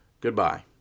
Goodbye